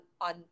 on